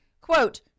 Quote